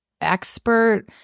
expert